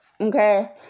Okay